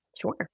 Sure